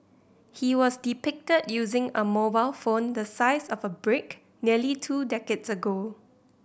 he was depicted using a mobile phone the size of a brick nearly two decades ago